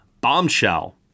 Bombshell